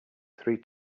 three